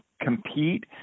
compete